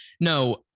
No